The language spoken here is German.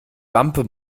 wampe